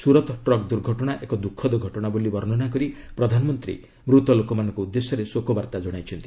Surat truck ଦୁର୍ଘଟଣା ଏକ ଦୁଃଖଦ ଘଟଣା ବୋଲି ବର୍ଷ୍ଣନା କରି ପ୍ରଧାନମନ୍ତ୍ରୀ ମୃତ ଲୋକମାନଙ୍କ ଉଦ୍ଦେଶ୍ୟରେ ଶୋକବାର୍ତ୍ତା ଜଣାଇଛନ୍ତି